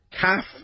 CAF